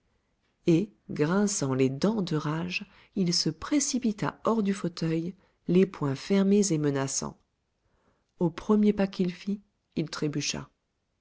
et grinçant les dents de rage il se précipita hors du fauteuil les poings fermés et menaçants au premier pas qu'il fit il